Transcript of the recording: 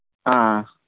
ಆಂ